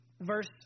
verse